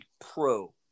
pro